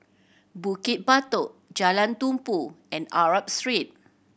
Bukit Batok Jalan Tumpu and Arab Street